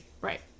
Right